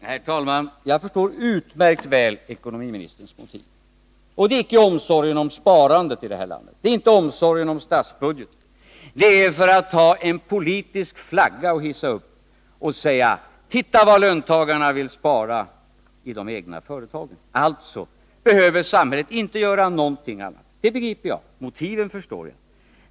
Herr talman! Jag förstår utmärkt väl ekonomiministerns motiv. Det är inte omsorgen om sparandet i det här landet och inte omsorgen om statsbudgeten som väglett honom. Han har i stället velat få en politisk flagga att visa upp och kunna säga: Titta vad löntagarna vill spara i de egna företagen — alltså behöver samhället inte göra någonting annat! Motiven förstår jag.